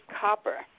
copper